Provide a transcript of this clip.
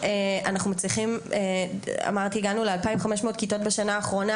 הגענו ל-2,500 כיתות בשנה האחרונה.